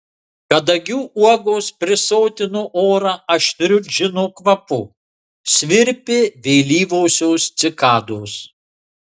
kadagių uogos prisotino orą aštriu džino kvapu svirpė vėlyvosios cikados